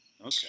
okay